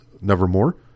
Nevermore